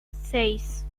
seis